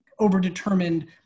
overdetermined